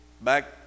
back